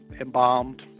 embalmed